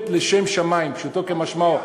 באמת לשם שמים, פשוטו כמשמעו.